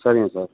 சரிங்க சார்